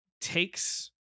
takes